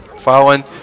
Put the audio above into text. following